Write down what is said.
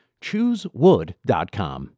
choosewood.com